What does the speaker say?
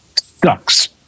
Sucks